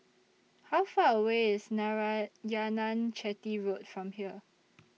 How Far away IS Narayanan Chetty Road from here